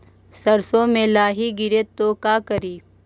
सरसो मे लाहि गिरे तो का करि?